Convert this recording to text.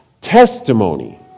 testimony